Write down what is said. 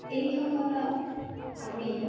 এইসকলক আমি